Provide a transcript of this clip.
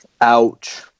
Ouch